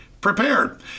prepared